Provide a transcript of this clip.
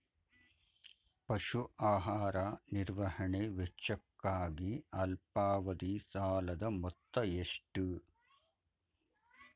ಪಶು ಆಹಾರ ನಿರ್ವಹಣೆ ವೆಚ್ಚಕ್ಕಾಗಿ ಅಲ್ಪಾವಧಿ ಸಾಲದ ಮೊತ್ತ ಎಷ್ಟು?